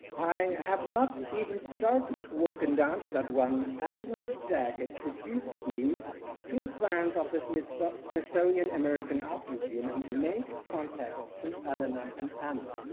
i have not even started to work in darmstadt one elephants deck introduced me to the plans of this, mr smithsonian american art museum and make contact to elena and elena.